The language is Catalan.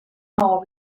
maó